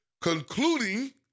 concluding